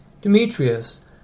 Demetrius